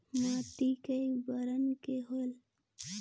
माटी कई बरन के होयल?